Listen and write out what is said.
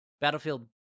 battlefield